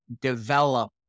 develop